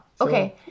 Okay